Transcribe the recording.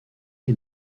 est